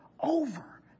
over